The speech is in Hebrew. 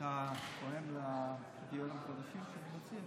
אתה תואם את הקריטריונים שאני מציע?